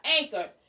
Anchor